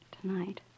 Tonight